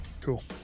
Cool